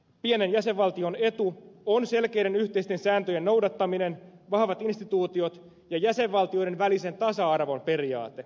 pienen jäsenvaltion etu on selkeiden yhteisten sääntöjen noudattaminen vahvat instituutiot ja jäsenvaltioiden välisen tasa arvon periaate